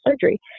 surgery